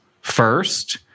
First